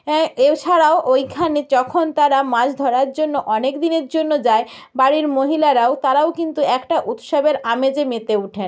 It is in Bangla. হ্যাঁ এছাড়াও ওইখানে যখন তারা মাছ ধরার জন্য অনেক দিনের জন্য যায় বাড়ির মহিলারাও তারাও কিন্তু একটা উৎসবের আমেজে মেতে উঠেন